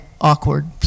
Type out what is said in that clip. awkward